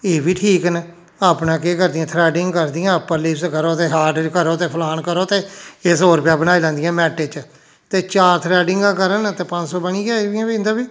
एह् बी ठीक न अपना केह् करदियां थ्रेडिंग करदियां अप्पर लिप्स करो ते हाट बी करो ते फलान करो ते एह् सौ रपेआ बनाई लैंदियां मैन्टे च ते चार थ्रेडिगां करन ते पंज सौ बनी गेआ इ'यां बी इंदा बी